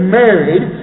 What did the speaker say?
married